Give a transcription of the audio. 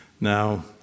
Now